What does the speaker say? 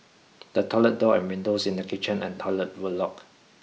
the toilet door and windows in the kitchen and toilet were locked